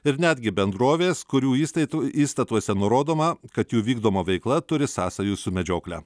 ir netgi bendrovės kurių įstaitų įstatuose nurodoma kad jų vykdoma veikla turi sąsajų su medžiokle